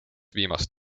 viimast